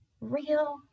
real